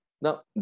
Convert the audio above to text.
Now